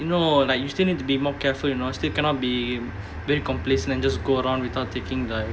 you know like you still need to be more careful you know still cannot be very complacent and just go around without taking like